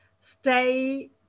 stay